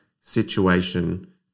situation